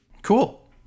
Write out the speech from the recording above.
Cool